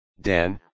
Dan